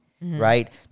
right